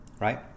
right